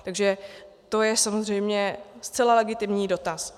Takže to je samozřejmě zcela legitimní dotaz.